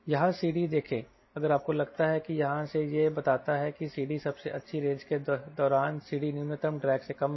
यहाँ CD देखें अगर आपको लगता है कि यहाँ से यह बताता है कि CD सबसे अच्छी रेंज के दौरान CD न्यूनतम ड्रैग से कम है